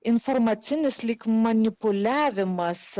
informacinis lyg manipuliavimas